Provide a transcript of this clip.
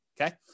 okay